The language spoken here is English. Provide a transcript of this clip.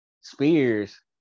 Spears